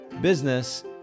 business